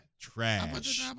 Trash